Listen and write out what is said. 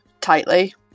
tightly